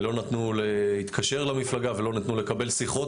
לא נתנו להתקשר למפלגה ולא נתנו לקבל שיחות